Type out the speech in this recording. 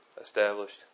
established